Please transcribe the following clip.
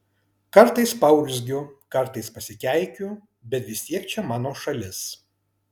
kartais paurzgiu kartais pasikeikiu bet vis tiek čia mano šalis